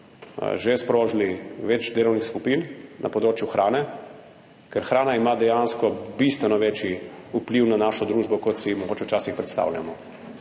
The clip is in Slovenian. že sprožili več delovnih skupin glede področja hrane, ker ima hrana dejansko bistveno večji vpliv na našo družbo kot si mogoče včasih predstavljamo.